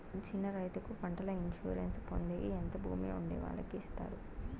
చిన్న రైతుకు పంటల ఇన్సూరెన్సు పొందేకి ఎంత భూమి ఉండే వాళ్ళకి ఇస్తారు?